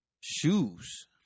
shoes